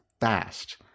fast